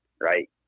right